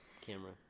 camera